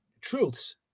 truths